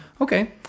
Okay